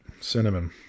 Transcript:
Cinnamon